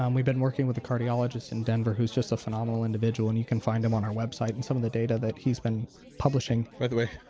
um we've been working with a cardiologist in denver who's just an phenomenal individual and you can find him on our website and some of the data that he's been publishing by the way,